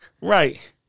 Right